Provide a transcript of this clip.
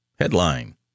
Headline